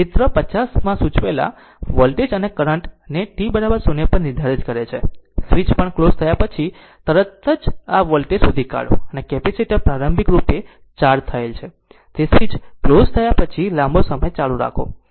તેથી ચિત્ર 50 સૂચવેલા વોલ્ટેજ અને કરંટ ને t 0 પર નિર્ધારિત કરે છે સ્વીચ પણ ક્લોઝ થયા પછી તરત જ આ વોલ્ટેજ શોધી કાઢો અને કેપેસિટર પ્રારંભિક રૂપે ચાર્જ થયેલ છે તે સ્વીચ ક્લોઝ થયા પછી લાંબો સમય ચાલુ રાખો